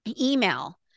email